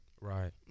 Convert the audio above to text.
Right